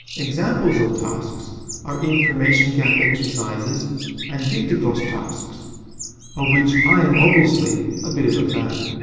examples of tasks are information gap exercises and dictogloss tasks of which, i am obviously a bit of a fan.